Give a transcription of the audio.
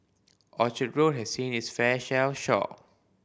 Orchard Road has seen it's fair share of shock